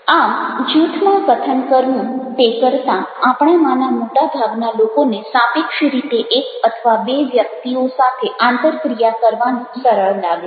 આમ જૂથમાં કથન કરવું તે કરતાં આપણામાંના મોટાભાગના લોકોને સાપેક્ષ રીતે એક અથવા બે વ્યક્તિઓ સાથે આંતરક્રિયા કરવાનું સરળ લાગે છે